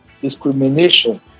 discrimination